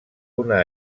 una